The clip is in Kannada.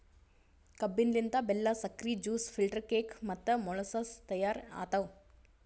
ಕಬ್ಬಿನ ಲಿಂತ್ ಬೆಲ್ಲಾ, ಸಕ್ರಿ, ಜ್ಯೂಸ್, ಫಿಲ್ಟರ್ ಕೇಕ್ ಮತ್ತ ಮೊಳಸಸ್ ತೈಯಾರ್ ಆತವ್